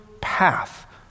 path